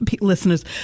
listeners